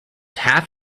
half